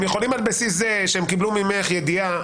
הם יכולים על בסיס זה שהם קיבלו ממך ידיעה,